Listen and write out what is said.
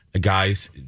Guys